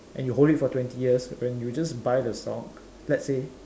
and you hold it for twenty years when you just buy the stock let's say